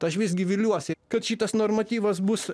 tai aš visgi viliuosi kad šitas normatyvas bus